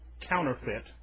counterfeit